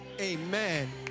amen